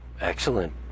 Excellent